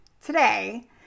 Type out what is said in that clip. today